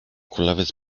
kulawiec